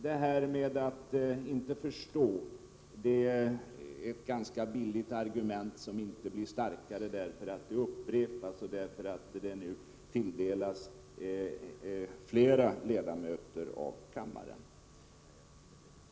Kommentaren att man ingenting förstår är ett ganska billigt argument, som inte blir starkare därför att det upprepas och nu riktas mot fler ledamöter av kammaren.